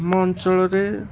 ଆମ ଅଞ୍ଚଳରେ